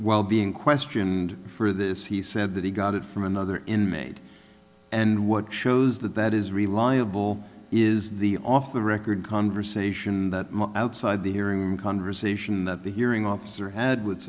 while being questioned for this he said that he got it from another inmate and what shows that that is reliable is the off the record conversation that outside the hearing room conversation that the hearing officer had with